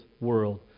world